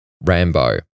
Rambo